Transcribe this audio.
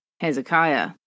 Hezekiah